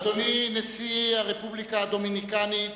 אדוני נשיא הרפובליקה הדומיניקנית,